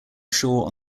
ashore